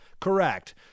Correct